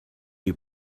you